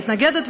מתנגדת,